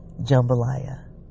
Jambalaya